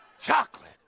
Chocolate